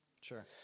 Sure